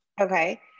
okay